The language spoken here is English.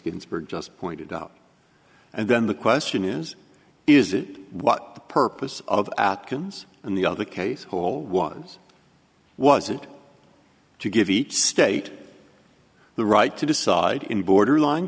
ginsburg just pointed out and then the question is is that what the purpose of atkins and the other case whole ones was it to give each state the right to decide in borderline